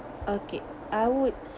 okay I would